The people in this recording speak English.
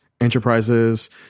Enterprises